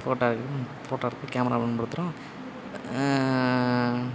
ஃபோட்டா எடு ஃபோட்டா எடுக்க கேமரா பயன்படுத்துகிறோம்